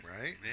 right